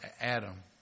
Adam